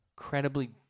Incredibly